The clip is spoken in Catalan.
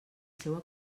seua